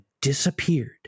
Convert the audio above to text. disappeared